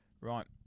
Right